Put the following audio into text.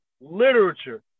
literature